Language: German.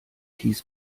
hieß